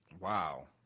Wow